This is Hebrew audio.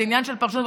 זה עניין של פרשנות,